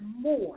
more